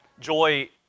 Joy